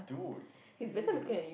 dude !ee!